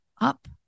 up